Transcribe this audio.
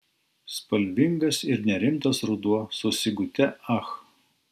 spalvingas ir nerimtas ruduo su sigute ach